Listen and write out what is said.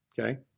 okay